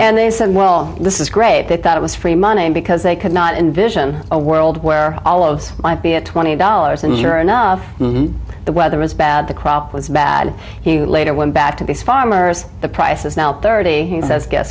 and they said well this is great they thought it was free money because they cannot envision a world where all of those might be at twenty dollars and sure enough the weather was bad the crop was bad he later went back to the farmers the price is now thirty he says g